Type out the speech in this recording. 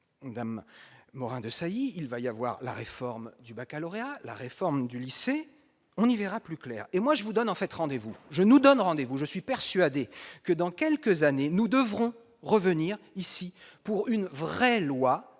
dame Morin-Desailly, il va y avoir la réforme du Baccalauréat, la réforme du lycée, on y verra plus clair et moi je vous donne en fait rendez-vous je nous donne rendez-vous, je suis persuadé que dans quelques années, nous devrons revenir ici pour une vraie loi